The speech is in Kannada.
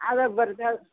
ಅದಾ ಬರ್ತೇವೆ